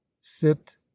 sit